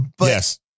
Yes